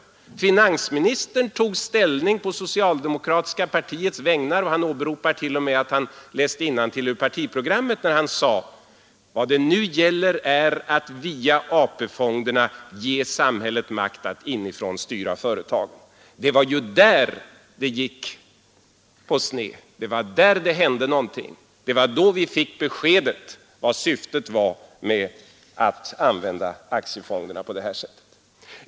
Men finansministern tog ställning på socialdemokratiska partiets vägnar och åberopade t.o.m. att han läste innantill ur partiprogrammet, när han på socialdemokratiska partikongressen sade: ”Vad det nu gäller är att via AP-fonderna ge samhället makt att inifrån styra företagen.” Det var ju där det gick på sned. Det var där det hände någonting. Det var då vi fick besked om vad som var syftet med att använda aktiefonderna på detta sätt.